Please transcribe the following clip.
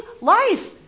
life